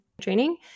training